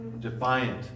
defiant